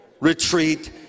retreat